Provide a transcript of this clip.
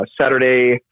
Saturday